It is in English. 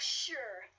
sure